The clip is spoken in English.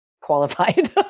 qualified